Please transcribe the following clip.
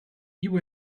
you